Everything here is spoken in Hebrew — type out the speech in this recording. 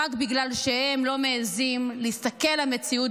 רק בגלל שהם לא מעיזים להסתכל למציאות